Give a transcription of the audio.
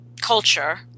culture